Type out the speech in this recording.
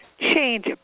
change